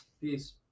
Peace